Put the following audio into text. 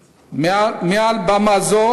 מעל במה זו,